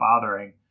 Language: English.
bothering